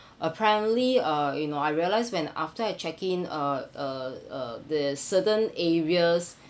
apparently uh you know I realize when after I check in uh uh uh the certain areas